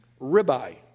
Ribeye